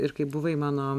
ir kai buvai mano